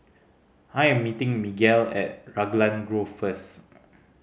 I am meeting Miguel at Raglan Grove first